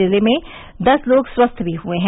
जिले में दस लोग स्वस्थ भी हुए हैं